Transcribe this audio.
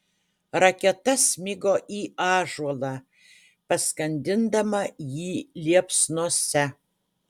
raketa smigo į ąžuolą paskandindama jį liepsnose